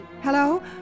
hello